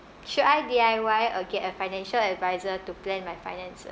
should I D_I_Y or get a financial advisor to plan my finances